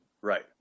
right